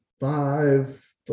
five